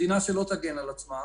מדינה שלא תגן על עצמה